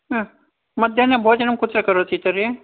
हा मध्याह्ने भोजनं कुत्र करोति तर्हि